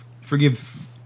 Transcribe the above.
forgive